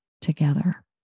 together